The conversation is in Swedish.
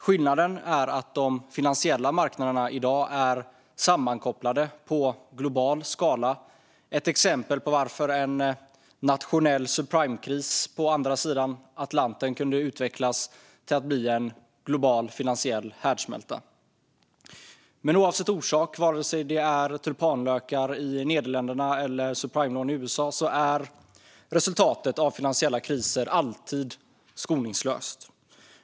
Skillnaden är att de finansiella marknaderna i dag är sammankopplade på global nivå, vilket är förklaringen till att en nationell subprimekris på andra sidan Atlanten kunde utvecklas till att bli en global finansiell härdsmälta. Oavsett orsak - vare sig det handlar om tulpanlökar i Nederländerna eller om subprimelån i USA - är resultatet av finansiella kriser alltid skoningslöst.